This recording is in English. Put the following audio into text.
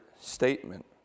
statement